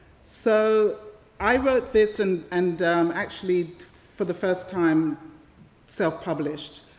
so i wrote this and and actually for the first time self-published,